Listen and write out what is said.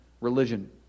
religion